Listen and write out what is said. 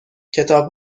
کتاب